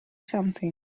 something